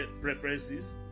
preferences